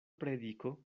prediko